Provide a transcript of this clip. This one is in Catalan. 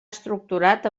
estructurat